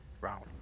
round